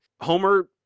Homer